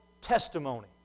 testimony